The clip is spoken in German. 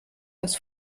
das